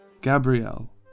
Gabrielle